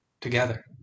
together